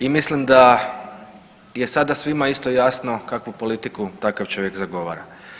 I mislim da je sada svima jasno kakvu politiku takav čovjek zagovara.